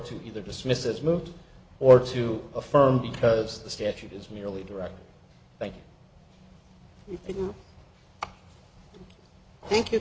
to either dismiss as moved or to affirm because the statute is merely direct but if you think you